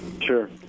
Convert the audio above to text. Sure